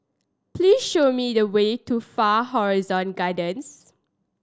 please show me the way to Far Horizon Gardens